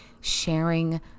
sharing